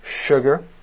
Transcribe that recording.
sugar